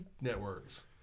networks